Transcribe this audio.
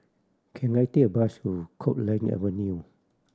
can I take a bus to Copeland Avenue